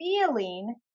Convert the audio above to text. feeling